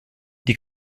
die